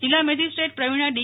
જિલ્લા magistrate Pravina D